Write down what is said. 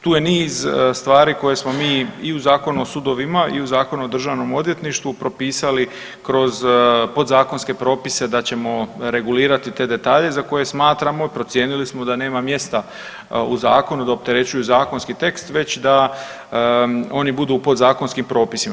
Tu je niz stvari koje smo mi i u Zakonu o sudovima i u Zakonu o Državnom odvjetništvu propisali kroz podzakonske propise da ćemo regulirati te detalje za koje smatramo i procijenili smo da nema mjesta u zakonu da opterećuju zakonski tekst već da oni budu u podzakonskim propisima.